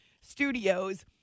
studios